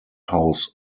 house